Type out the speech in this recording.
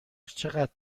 چقدر